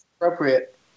appropriate